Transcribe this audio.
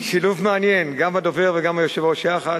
שילוב מעניין: גם הדובר וגם היושב-ראש יחד.